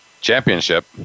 championship